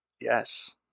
Yes